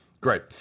Great